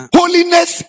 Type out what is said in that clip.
holiness